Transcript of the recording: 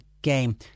game